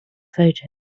photo